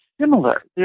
similar